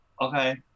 Okay